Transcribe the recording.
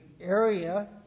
area